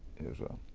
is a